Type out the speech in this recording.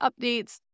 updates